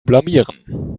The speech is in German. blamieren